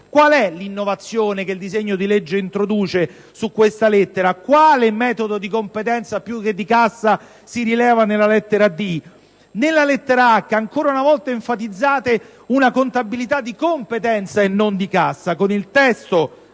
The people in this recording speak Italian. qual è l'innovazione che il disegno di legge introduce in questa lettera? Quale il metodo di competenza più che di cassa che si rileva nella lettera *d)*? Nella lettera *h)*, ancora una volta enfatizzate una contabilità di competenza e non di cassa: con il testo